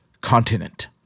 continent